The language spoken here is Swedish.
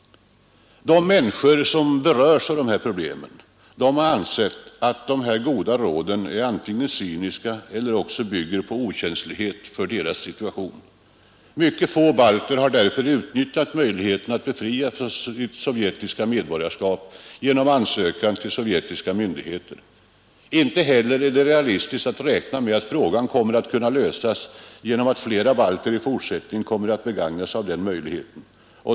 De människor, som berörs av dessa besked, anser att de goda råden är antingen cyniska eller också bygger på okänslighet för deras situation. Mycket få balter har därför utnyttjat möjligheten att befrias från sitt sovjetiska medborgarskap genom ansökan till sovjetiska myndigheter. Inte heller är det realistiskt att räkna med att frågan skall kunna lösas genom att flera balter i fortsättningen kommer att begagna sig av denna möjlighet.